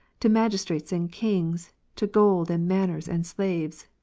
to magistrates and kings, to gold and manors and slaves,